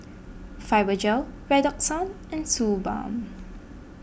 Fibogel Redoxon and Suu Balm